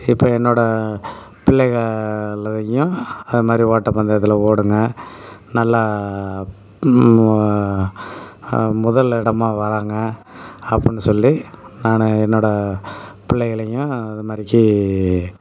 இப்போ என்னோடய பிள்ளைகளையும் அது மாதிரி ஓட்ட பந்தயத்தில் ஓடுங்க நல்லா முதல் இடமாக வர்றாங்க அப்படின்னு சொல்லி நான் என்னோடய பிள்ளைகளையும் அது மாதிரிக்கி